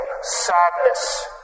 sadness